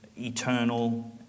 eternal